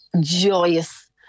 joyous